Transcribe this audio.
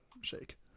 Shake